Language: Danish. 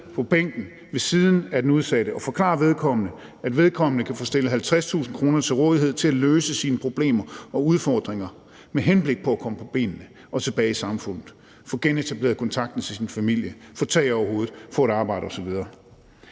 på bænken ved siden af den udsatte og forklarer vedkommende, at vedkommende kan få 50.000 kr. stillet til rådighed til at løse sine problemer og udfordringer med henblik på at komme på benene og tilbage i samfundet, få genetableret kontakten til sin familie, få tag over hovedet, få et arbejde osv.